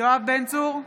יואב בן צור,